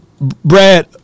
Brad